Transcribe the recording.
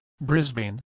Brisbane